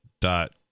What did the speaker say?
dot